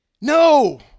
No